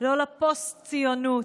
לא לפוסט-ציונות.